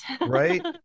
right